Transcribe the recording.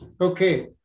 Okay